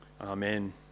Amen